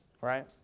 right